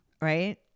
Right